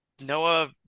Noah